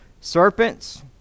Serpents